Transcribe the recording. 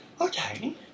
Okay